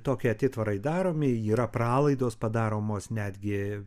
tokie atitvarai daromi yra pralaidos padaromos netgi